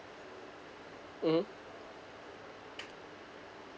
mmhmm